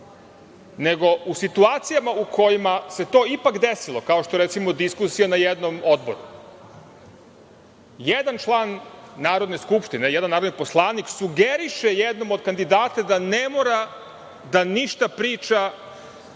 nego u situacijama u kojima se to ipak desilo, kao što je recimo, diskusija na jednom odboru, jedan član Narodne skupštine, jedan narodni poslanik sugeriše jednom od kandidata da ne mora da ništa priča